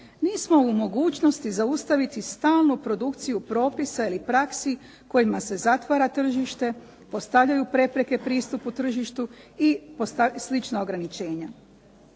nismo u mogućnosti zaustaviti stalnu produkciju propisa ili praksi kojima se zatvara tržište, postavljaju prepreke pristupu tržištu i slična ograničenja.